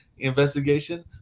investigation